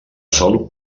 sol